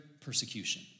persecution